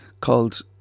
called